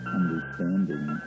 understanding